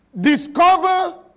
discover